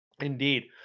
Indeed